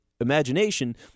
imagination